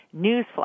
newsflash